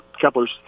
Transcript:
Kepler's